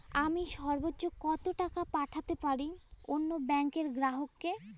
আমি সর্বোচ্চ কতো টাকা পাঠাতে পারি অন্য ব্যাংক র গ্রাহক কে?